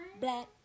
black